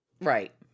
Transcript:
Right